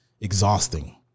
exhausting